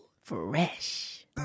Fresh